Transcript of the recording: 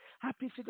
Happy